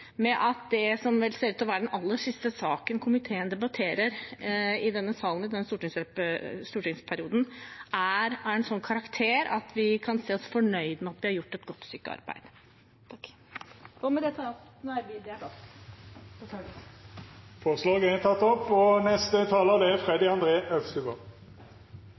med at det som ser ut til å være den aller siste saken komiteen debatterer i denne salen i denne stortingsperioden, er av en sånn karakter at vi kan si oss fornøyd med at vi har gjort et godt stykke arbeid. I dag er det en gledens dag. Endelig vedtar Stortinget en åpenhetslov for virksomheters forhold til grunnleggende menneskerettigheter og